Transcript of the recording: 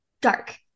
dark